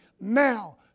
now